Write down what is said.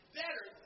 better